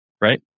right